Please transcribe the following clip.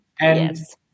yes